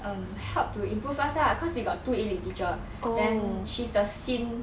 um help to improve us lah cause we got two E lit teacher then she's the seen